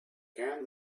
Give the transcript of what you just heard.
can